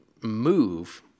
move